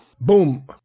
Boom